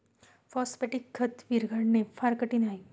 phosphatic खत विरघळणे फार कठीण आहे